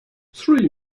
three